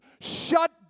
shut